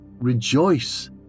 rejoice